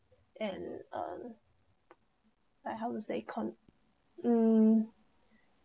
and uh like how to say con~ um